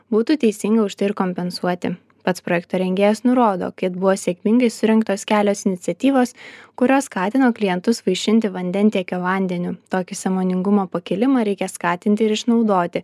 būtų teisinga už tai ir kompensuoti pats projekto rengėjas nurodo kad buvo sėkmingai surengtos kelios iniciatyvos kurios skatino klientus vaišinti vandentiekio vandeniu tokį sąmoningumo pakilimą reikia skatinti ir išnaudoti